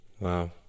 Wow